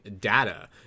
data